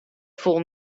foel